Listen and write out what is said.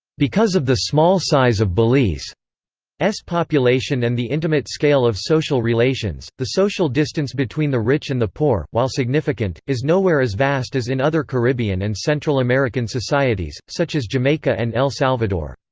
because of the small size of belize's population and the intimate scale of social relations, the social distance between the rich and the poor, while significant, is nowhere as vast as in other caribbean and central american societies, such as jamaica and el salvador.